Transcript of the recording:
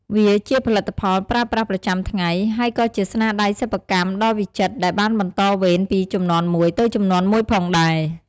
វាជាផលិតផលប្រើប្រាស់ប្រចាំថ្ងៃ ហើយក៏ជាស្នាដៃសិប្បកម្មដ៏វិចិត្រដែលបានបន្តវេនពីជំនាន់មួយទៅជំនាន់មួយផងដែរ។